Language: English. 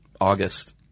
August